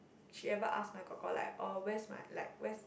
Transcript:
she ever ask my kor kor like oh where's my where's